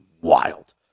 wild